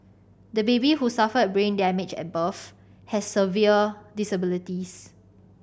the baby who suffered brain damage at birth has severe disabilities